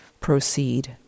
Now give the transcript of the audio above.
proceed